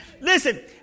Listen